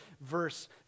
verse